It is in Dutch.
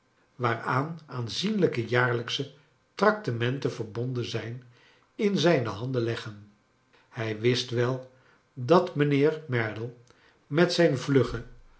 waaraan aanzienlijke jaarlijksche tract e menten verbonden zijn in zijne handen leggen hij wist wel dat mijnheer merdle met zijn vluggen